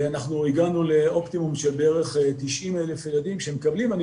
הגענו לאופטימום של בערך 90,000 ילדים שמקבלים ואני